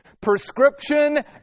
Prescription